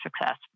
success